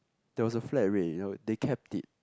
there was a flat rate you know they kept it